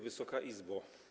Wysoka Izbo!